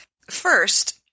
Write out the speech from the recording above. First